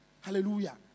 Hallelujah